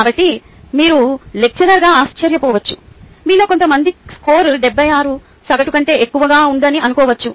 కాబట్టి మీరు లెక్చరర్గా ఆశ్చర్యపోవచ్చు మీలో కొంతమంది స్కోరు 76 సగటు కంటే ఎక్కువగా ఉందని అనుకోవచ్చు